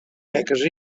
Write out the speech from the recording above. seques